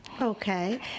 Okay